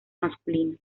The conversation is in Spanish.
masculino